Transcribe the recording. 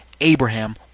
Abraham